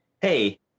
hey